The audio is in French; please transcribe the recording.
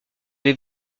les